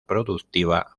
productiva